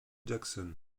jackson